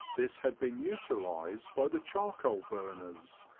this had been utilized by the charcoal burners.